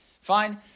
Fine